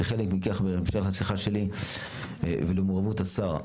כחלק מכך ובהמשך לשיחה שלי ולמעורבות השר,